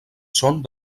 són